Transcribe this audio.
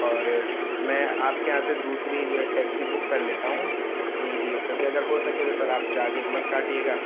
اور میں آپ کے یہاں سے دوسری جو ہے ٹیکسی بک کر لیتا ہوں یہیں سے یوز کر کے اگر ہو سکے تو آپ چارجز مت کاٹیے گا